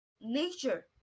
Nature